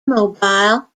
mobile